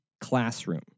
classroom